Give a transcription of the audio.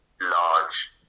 large